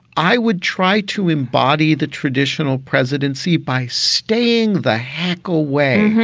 i would try to embody the traditional presidency by staying the hackle way,